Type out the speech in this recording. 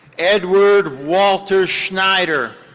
edward walter schneider.